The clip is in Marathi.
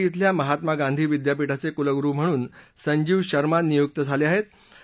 मोतीहारी शिल्या महात्मा गांधी विद्यापीठाचे कुलगुरु म्हणून संजीव शर्मा नियुक्त झाले आहेत